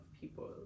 people